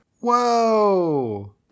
Whoa